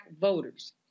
voters